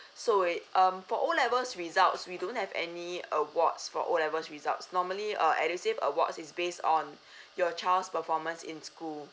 so it um for O levels results we don't have any awards for O levels results normally uh edusave awards is based on your child's performance in school